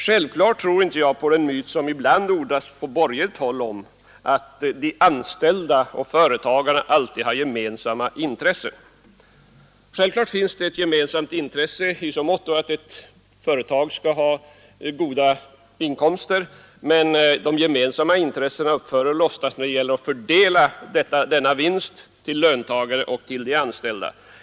Självfallet tror jag inte på den myt som det ibland ordas om på borgerligt håll att de anställda och företagarna alltid har gemensamma intressen. Det finns naturligtvis ett gemensamt intresse i så måtto att ett företag skall ha goda inkomster, men de gemensamma intressena upphör när det gäller att fördela den vinsten på företagare och anställda.